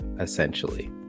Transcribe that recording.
essentially